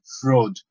fraud